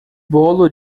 bolo